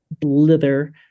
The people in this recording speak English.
blither